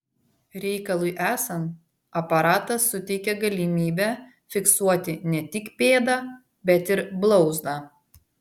reikalui esant aparatas suteikia galimybę fiksuoti ne tik pėdą bet ir blauzdą